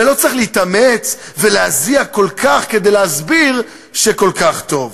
ולא צריך להתאמץ ולהזיע כל כך כדי להסביר שכל כך טוב.